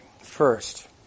First